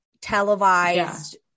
televised